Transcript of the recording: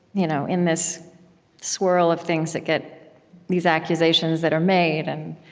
you know in this swirl of things that get these accusations that are made and